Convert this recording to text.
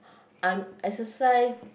I'm exercise